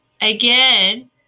Again